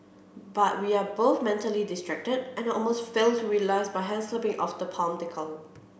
but we are both mentally distracted and I almost fail to realise my hand slipping off the palm decal